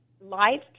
live